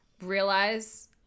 realize